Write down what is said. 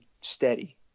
steady